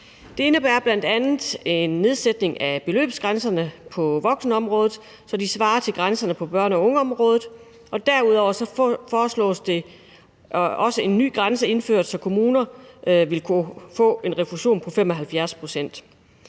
Det indebærer bl.a. en nedsættelse af beløbsgrænserne på voksenområdet, så de svarer til grænserne på børne- og ungeområdet, og derudover foreslås der også en ny grænse indført, så kommuner vil kunne få en refusion på 75 pct.